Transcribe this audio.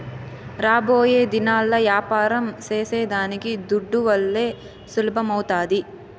రాబోయేదినాల్ల యాపారం సేసేదానికి దుడ్డువల్లే సులభమౌతాది